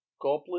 Goblin